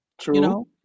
True